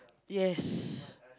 yes